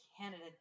Canada